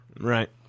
Right